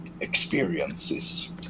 experiences